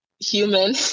human